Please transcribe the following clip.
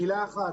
עוד מילה אחת.